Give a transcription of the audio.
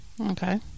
Okay